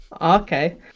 okay